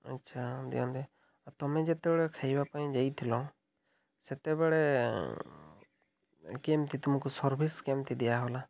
ଆଚ୍ଛା ଦିଅନ୍ତି ଆଉ ତମେ ଯେତେବେଳେ ଖାଇବା ପାଇଁ ଯାଇଥିଲ ସେତେବେଳେ କେମିତି ତୁମକୁ ସର୍ଭିସ୍ କେମିତି ଦିଆହେଲା